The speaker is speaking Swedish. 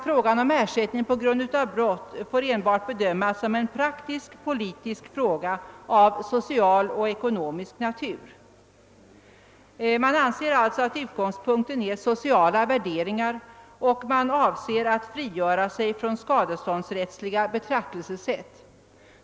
Frågan om ersättning för skada på grund av brott får enbart bedömas som en praktisk politisk fråga av social och ekonomisk natur. Man anser alltså att utgångspunkten är sociala värderingar, och man avser att frigöra sig från skadeståndsrättsliga betraktelsesätt.